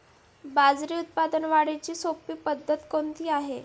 बाजरी उत्पादन वाढीची सोपी पद्धत कोणती आहे?